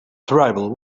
tribal